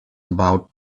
about